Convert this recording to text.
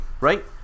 right